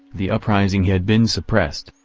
the uprising had been suppressed,